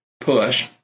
push